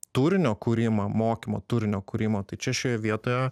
turinio kūrimą mokymo turinio kūrimą tai čia šioje vietoje